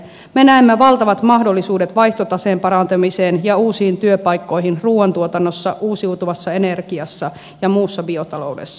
me näemme valtavat mahdollisuudet vaihtotaseen parantamiseen ja uusiin työpaikkoihin ruuan tuotannossa uusiutuvassa energiassa ja muussa biotaloudessa